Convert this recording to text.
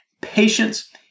patience